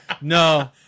No